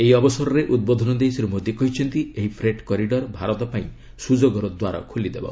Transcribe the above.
ଏହି ଅବସରରେ ଉଦ୍ବୋଧନ ଦେଇ ଶ୍ରୀ ମୋଦି କହିଛନ୍ତି ଏହି ଫ୍ରେଟ୍ କରିଡର୍ ଭାରତ ପାଇଁ ସୁଯୋଗର ଦ୍ୱାର ଖୋଲିଦେବ